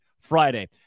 Friday